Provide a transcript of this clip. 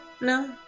No